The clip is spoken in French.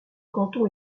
canton